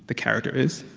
the character, is?